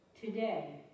Today